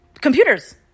computers